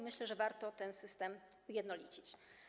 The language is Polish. Myślę, że warto ten system ujednolicić.